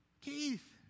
Keith